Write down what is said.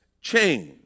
change